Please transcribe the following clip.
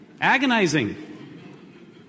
agonizing